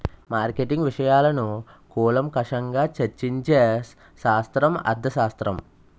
marketing విషయాలను కూలంకషంగా చర్చించే శాస్త్రం అర్థశాస్త్రం